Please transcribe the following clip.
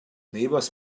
neighbors